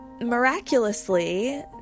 miraculously